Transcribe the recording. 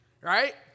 right